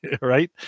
right